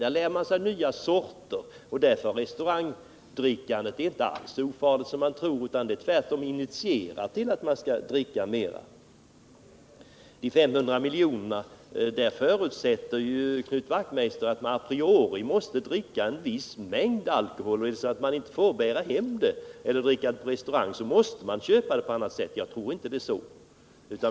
Man lär sig nya sorter, och därför är restaurangdrickandet inte alls så ofarligt som man tror. Tvärtom initierar restaurangbesöken till att man skall dricka mera. I fråga om de 500 miljonerna förutsätter Knut Wachtmeister att man måste dricka en viss mängd. Om man inte får bära hem denna kvantitet eller dricka den på restaurang, måste man köpa den på annat sätt. Jag tror inte att det är så.